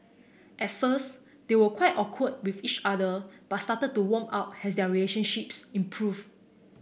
at first they were quite awkward with each other but started to warm up as their relationships improved